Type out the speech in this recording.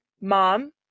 mom